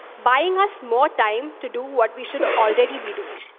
buying us more time to do what we should already be doing,